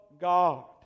God